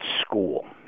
school